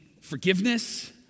forgiveness